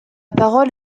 parole